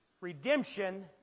redemption